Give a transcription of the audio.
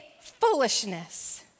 foolishness